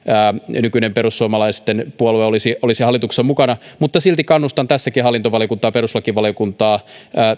nykyinen perussuomalaisten puolue olisi olisi hallituksessa mukana mutta silti kannustan tässäkin hallintovaliokuntaa perustuslakivaliokuntaa